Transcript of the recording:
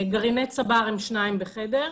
גרעיני צבר הם שניים בחדר,